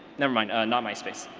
nevermind not myspace.